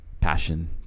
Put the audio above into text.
passion